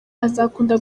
azakunda